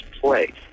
place